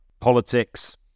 politics